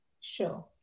Sure